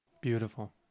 Beautiful